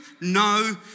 No